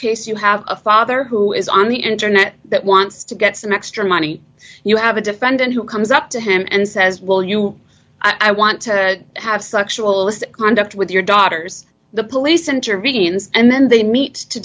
case you have a father who is on the internet that wants to get some extra money you have a defendant who comes up to him and says will you i want to have sexual is conduct with your daughters the police intervenes and then they meet to